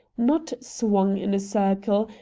not swung in a circle,